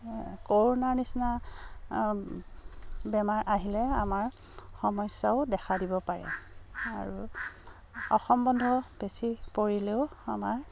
কৰোণাৰ নিচিনা বেমাৰ আহিলে আমাৰ সমস্যাও দেখা দিব পাৰে আৰু অসম বন্ধ বেছি পৰিলেও আমাৰ